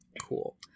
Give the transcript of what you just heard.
Cool